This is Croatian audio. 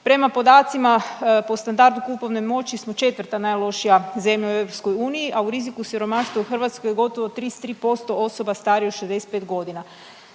Prema podacima po standardu kupovne moći smo 4. najlošija zemlja u EU, a u riziku od siromaštva u Hrvatskoj je gotovo 33% osoba starijih od 65.g..